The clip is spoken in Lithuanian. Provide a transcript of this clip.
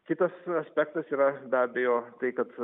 kitas aspektas yra be abejo tai kad